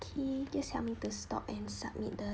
K just help me to stop and submit the